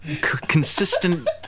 consistent